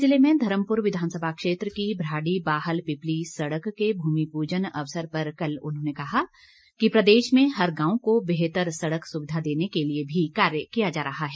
मंडी जिले में धर्मपुर विधानसभा क्षेत्र की भ्रांडी बाहल पिपली सड़क के भूमि पूजन अवसर पर कल उन्होंने कहा कि प्रदेश में हर गांव को बेहतर सड़क सुविधा देने के लिए भी कार्य किया जा रहा है